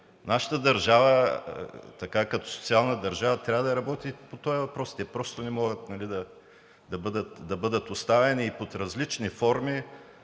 Нашата държава като социална държава трябва да работи по този въпрос. Те просто не могат да бъдат оставени. Под различни форми,